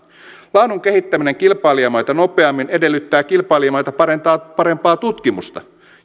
laadun kehittäminen kilpailijamaita nopeammin edellyttää kilpailijamaita parempaa tutkimusta